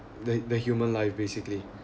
the the human life basically